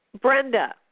Brenda